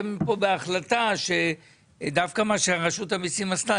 מכאן בהחלטה שדווקא מה שרשות המיסים עשתה,